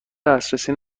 دسترسی